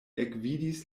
ekvidis